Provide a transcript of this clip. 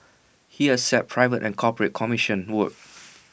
he accepts private and corporate commissioned work